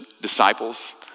disciples